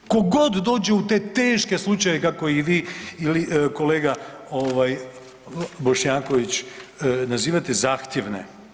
Tko god dođe u te teške slučajeve kako ih vi kolega Bošnjaković nazivate zahtjevne.